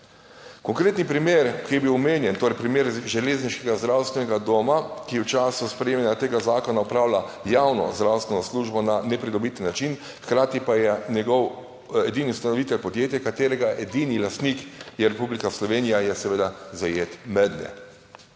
Konkretni primer, ki je bil omenjen, torej primer železniškega zdravstvenega doma, ki v času sprejemanja tega zakona opravlja javno zdravstveno službo na nepridobiten način, hkrati pa je njegov edini ustanovitelj podjetja, katerega edini lastnik je Republika Slovenija, je seveda zajet mednje.